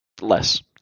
less